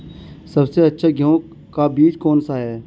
सबसे अच्छा गेहूँ का बीज कौन सा है?